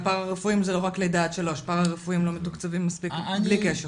פרא רפואיים זה לא לידה עד 3. פרא רפואיים מתוקצבים בלי קשר.